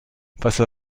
face